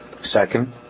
Second